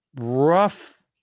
rough